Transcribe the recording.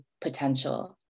potential